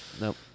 Nope